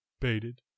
Baited